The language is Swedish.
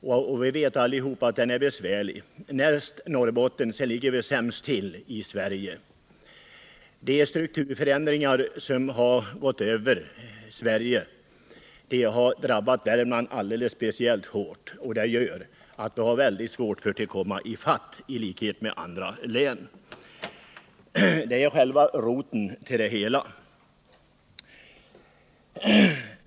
Vi vet alla att sysselsättningssituationen där är besvärlig — näst Norrbotten ligger Värmland sämst till i Sverige. De strukturförändringar som har gått över Sverige har drabbat Värmland speciellt hårt. Det gör att vi har väldigt svårt att komma ifatt andra län. Detta är själva roten till det onda.